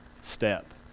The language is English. step